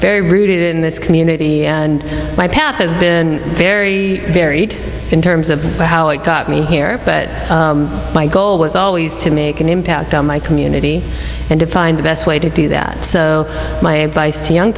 very rooted in this community and my path has been very varied in terms of how it got me here but my goal was always to make an impact on my community and to find the best way to do that my advice to young